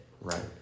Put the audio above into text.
Right